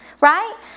right